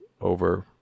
over